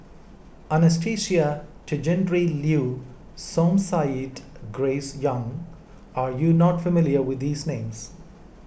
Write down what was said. Anastasia Tjendri Liew Som Said Grace Young are you not familiar with these names